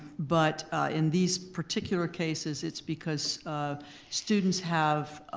but in these particular cases it's because students have